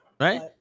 right